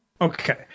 Okay